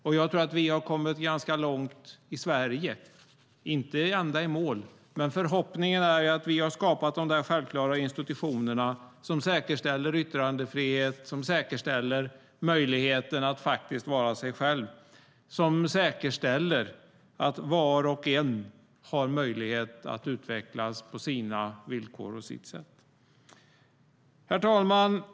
Och jag tror att vi har kommit ganska långt i Sverige, inte ända i mål, men förhoppningen är att vi har skapat de där självklara institutionerna som säkerställer yttrandefrihet och möjligheten att faktiskt vara sig själv, som säkerställer att var och en har möjlighet att utvecklas på sina villkor och på sitt sätt. Herr talman!